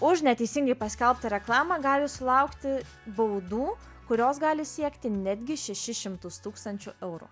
už neteisingai paskelbtą reklamą gali sulaukti baudų kurios gali siekti netgi šešis šimtus tūkstančių eurų